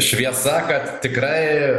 šviesa kad tikrai